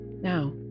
Now